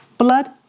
blood